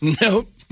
Nope